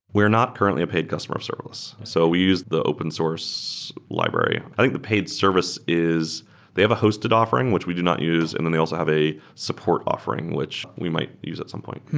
we're not currently a paid customer of serverless. so we use the open source library. i think the paid service is they have a hosted offering, which we do not use, and then they also have a support offering, which we might use at some point.